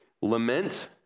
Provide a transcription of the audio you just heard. Lament